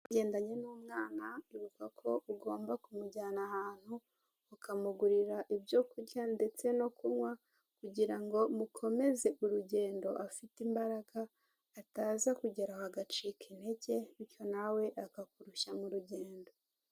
Wagendanye n'umwana wibukako ugomba kumujyana ahantu ukamugurira ibyo kurya ndetse no kunkwa kugirango mukomeze urugendo afite imbaraga ataza kugera aho agacika intege bityo nawe akakurushya m'urugendo.